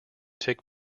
tick